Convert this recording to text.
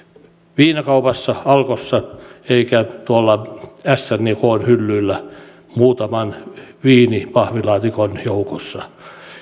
viinakaupassa alkossa enkä tuolla sn ja kn hyllyillä muutaman viinipahvilaatikon joukossa